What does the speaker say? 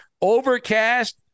Overcast